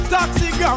Toxic